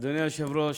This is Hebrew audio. אדוני היושב-ראש,